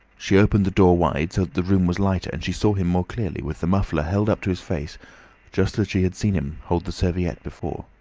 she opened the door wide, so that the room was lighter, and she saw him more clearly, with the muffler held up to his face just as she had seen him hold the serviette before.